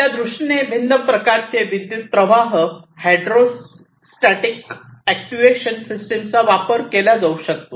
या दृष्टीने भिन्न प्रकारचे विद्युतप्रवाह इलेक्ट्रो हायड्रोस्टॅटिक अॅक्ट्यूएशन सिस्टमचा वापर केला जाऊ शकतो